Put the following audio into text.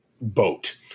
boat